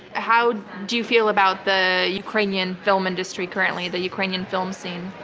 how do you feel about the ukrainian film industry currently, the ukrainian film scene?